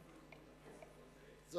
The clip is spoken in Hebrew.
מאיפה ייקחו את הכסף הזה,